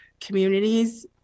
communities